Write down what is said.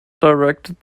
directed